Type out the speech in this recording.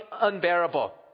unbearable